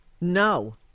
no